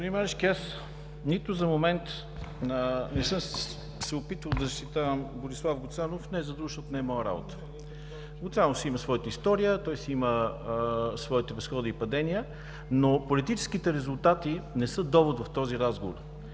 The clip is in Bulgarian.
Марешки, нито за момент не съм се опитвал да защитавам Борислав Гуцанов, не за друго, защото не е моя работа. Гуцанов си има своята история, той си има своите възходи и падения, но политическите резултати не са довод в този разговор.